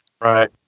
right